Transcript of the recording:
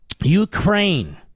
Ukraine